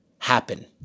happen